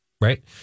Right